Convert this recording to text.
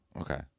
Okay